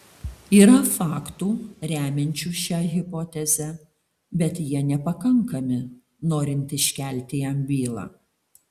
yra faktų remiančių šią hipotezę bet jie nepakankami norint iškelti jam bylą